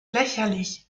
lächerlich